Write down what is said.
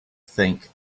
think